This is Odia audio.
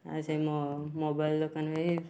ଆଁ ସେ ମୋ ମୋବାଇଲ ଦୋକାନୀ ଭାଇ